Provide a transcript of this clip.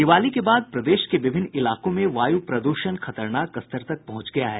दिवाली के बाद प्रदेश में विभिन्न इलाकों में वायु प्रदूषण खतरनाक स्तर पर पहुंच गया है